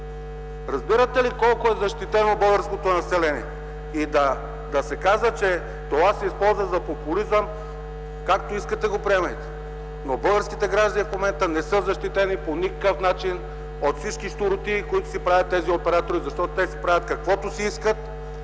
Разбирате ли колко е защитено българското население?! Да се казва, че това се използва за популизъм, както искате го приемайте, но българските граждани в момента не са защитени по никакъв начин от всички щуротии, които си правят тези оператори, защото те си правят каквото си искат!